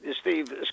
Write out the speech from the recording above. Steve